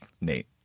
Nate